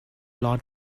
lot